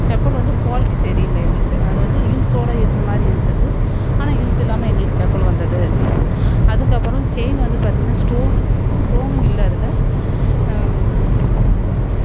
செப்பல் வந்து குவாலிட்டி சரில்ல எங்களுக்கு அது வந்து ஹீல்ஸ்ஸோட இருந்தமாதிரி இருந்தது ஆனால் ஹீல்ஸ் இல்லாமல் எங்களுக்கு செப்பல் வந்தது அதுக்கப்புறம் செயின் வந்து பார்த்திங்கனா ஸ்டோனு ஸ்டோன் இல்லை அதில்